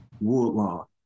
Woodlawn